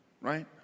Right